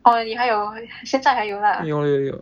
oh 你还有现在还有啦